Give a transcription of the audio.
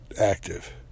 active